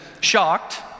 shocked